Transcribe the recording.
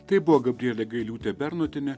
tai buvo gabrielė gailiūtė bernotienė